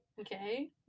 okay